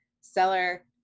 seller